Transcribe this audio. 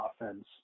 offense